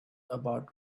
about